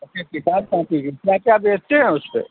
अच्छा किताब कापी की क्या क्या बेचते हैं उस पर